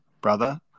brother